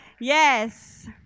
Yes